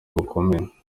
bukomeye